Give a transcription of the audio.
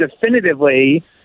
definitively